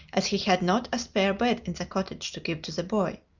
as he had not a spare bed in the cottage to give to the boy.